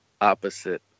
opposite